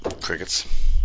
Crickets